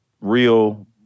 real